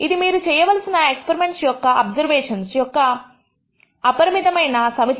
ఇది మీరు చేయవలసిన ఎక్స్పరిమెంట్స్ యొక్క అబ్జర్వేషన్స్ యొక్క ఒక అపరిమితమైన సమితి